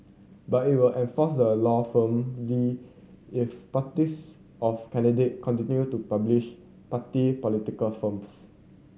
but it will enforce the law firmly if parties of candidate continue to publish party political films